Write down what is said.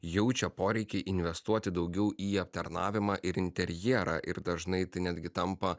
jaučia poreikį investuoti daugiau į aptarnavimą ir interjerą ir dažnai netgi tampa